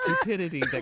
stupidity